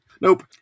nope